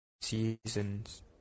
seasons